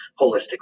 holistically